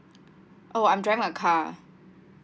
oh I'm driving a car